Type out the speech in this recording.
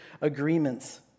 agreements